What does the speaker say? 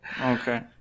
Okay